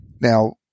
now